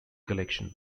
collection